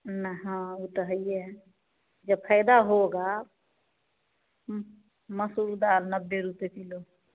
न हाँ वो तो है ही है जब फायदा होगा हम मसूर दाल नब्बे रुपए किलो